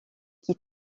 qui